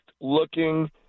looking